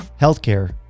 healthcare